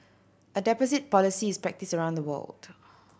a deposit policy is practised around the world